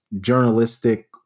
journalistic